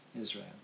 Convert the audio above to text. Israel